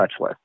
touchless